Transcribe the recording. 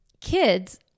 kids